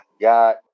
got